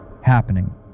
happening